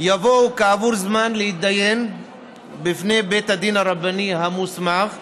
יבואו כעבור זמן להתדיין בפני בית הדין הרבני המוסמך,